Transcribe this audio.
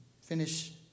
finish